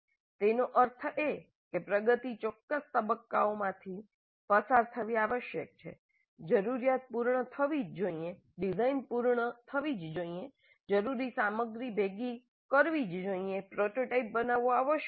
તેનો અર્થ એ કે પ્રગતિ ચોક્કસ તબક્કાઓમાંથી પસાર થવી આવશ્યક છે જરૂરિયાત પૂર્ણ થવી જ જોઇએ ડિઝાઇન પૂર્ણ થવી જ જોઇએ જરૂરી સામગ્રી ભેગી કરવી જ જોઇએ પ્રોટોટાઇપ બનાવવો આવશ્યક છે